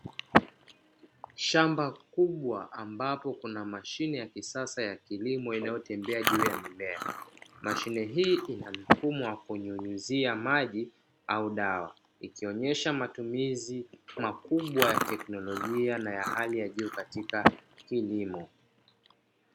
Shamba kubwa ambapo kuna mashine ya kisasa ya kilimo inayotembea juu ya mimea, mashine hii ina mfumo wa kunyunyuzia maji au dawa ikionesha matumizi makubwa ya teknolojia na ya hali ya juu katika kilimo.